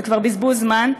וזה כבר בזבוז זמן.